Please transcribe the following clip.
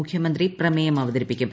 മുഖ്യമന്ത്രി പ്രമേയം അവതരിപ്പിക്കും